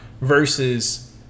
Versus